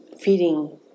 feeding